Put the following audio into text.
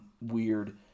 weird